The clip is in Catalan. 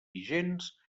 vigents